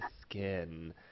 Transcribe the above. skin